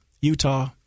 Utah